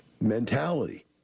mentality